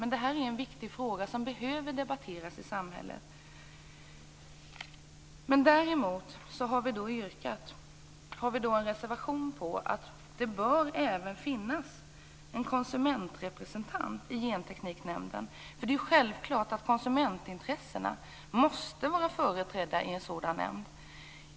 Det här är ändå en viktig fråga som behöver debatteras i samhället. Vi har en reservation om att det även bör finnas en konsumentrepresentant i Gentekniknämnden, för det är självklart att konsumentintressena måste vara företrädda i en sådan nämnd.